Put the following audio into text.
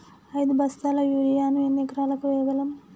ఐదు బస్తాల యూరియా ను ఎన్ని ఎకరాలకు వేయగలము?